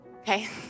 okay